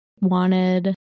wanted